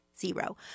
zero